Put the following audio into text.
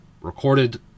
recorded